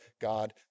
God